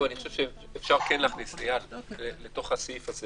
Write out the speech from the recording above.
אני חושב שכן אפשר להכניס סייג לסעיף הזה,